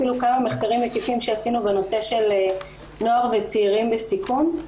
אפילו כמה מחקרים מקיפים שעשינו בנושא של נוער וצעירים בסיכון.